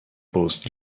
post